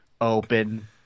Open